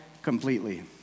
completely